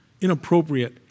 inappropriate